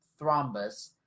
thrombus